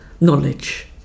knowledge